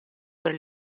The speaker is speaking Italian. per